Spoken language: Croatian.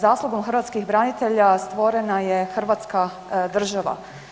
Zaslugom hrvatskih branitelja stvorena je hrvatska država.